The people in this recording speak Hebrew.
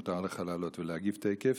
מותר לך לעלות ולהגיב תכף,